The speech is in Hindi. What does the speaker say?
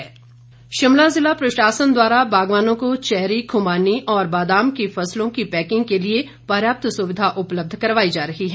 पैकिंग मैट्रियल शिमला ज़िला प्रशासन द्वारा बागवानों को चैरी ख्मानी और बादाम की फसलों की पैकिंग के लिए पर्याप्त सुविधा उपलब्ध करवाई जा रही है